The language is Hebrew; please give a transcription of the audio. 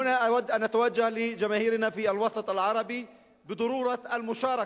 (נושא דברים בשפה הערבית, להלן תרגומם לעברית: